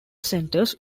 centres